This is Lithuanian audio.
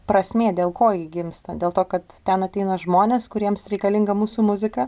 prasmė dėl ko ji gimsta dėl to kad ten ateina žmonės kuriems reikalinga mūsų muzika